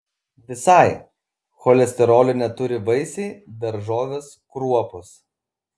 visai cholesterolio neturi vaisiai daržovės kruopos